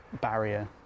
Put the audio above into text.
barrier